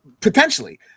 Potentially